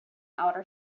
outer